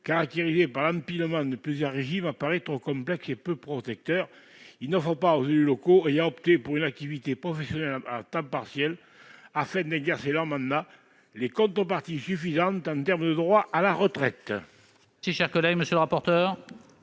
caractérisé par l'empilement de plusieurs régimes, paraît trop complexe et peu protecteur. Il n'offre pas aux élus locaux ayant opté pour une activité professionnelle à temps partiel afin d'exercer leur mandat les contreparties suffisantes en termes de droits à la retraite. Quel est l'avis de